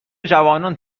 جوانان